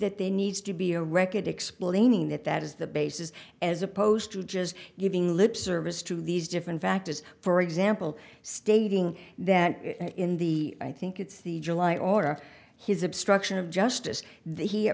that there needs to be a record explaining that that is the basis as opposed to just giving lip service to these different factors for example stating that in the i think it's the july order his obstruction of justice the